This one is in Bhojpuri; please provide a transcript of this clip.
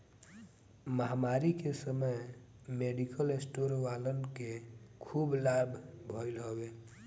महामारी के समय मेडिकल स्टोर वालन के खूब लाभ भईल हवे